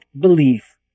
belief